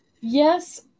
Yes